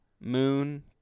moon